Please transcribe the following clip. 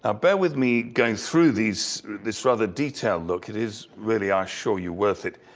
ah bear with me going through this this rather detailed look, it is really, i assure you worth it.